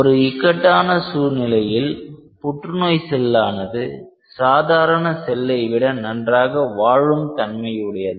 ஒரு இக்கட்டான சூழ்நிலையில் புற்றுநோய் செல்லானது சாதாரண செல்லை விட நன்றாக வாழும் தன்மையுடையது